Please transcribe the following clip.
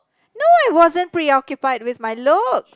no I wasn't preoccupied with my look